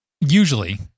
usually